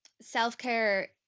self-care